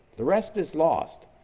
the rest is lost.